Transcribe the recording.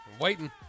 Waiting